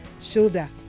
shoulder